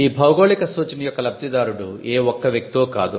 ఈ భౌగోళిక సూచన యొక్క లబ్ధిదారుడు ఏ ఒక్క వ్యక్తో కాదు